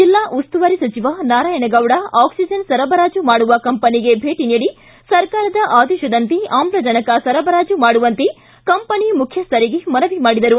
ಜಿಲ್ಲಾ ಉಸ್ತುವಾರಿ ಸಚಿವ ನಾರಾಯಣಗೌಡ ಆಕ್ಲಿಜನ್ ಸರಬರಾಜು ಮಾಡುವ ಕಂಪನಿಗೆ ಭೇಟಿ ನೀಡಿ ಸರ್ಕಾರದ ಆದೇಶದಂತೆ ಆಮ್ಲಜನಕ ಸರಬರಾಜು ಮಾಡುವಂತೆ ಕಂಪೆನಿ ಮುಖ್ಯಸ್ವರಿಗೆ ಮನವಿ ಮಾಡಿದರು